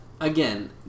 again